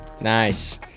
Nice